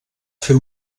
fer